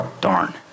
darn